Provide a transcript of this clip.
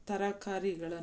ತರಕಾರಿಗಳನ್ನು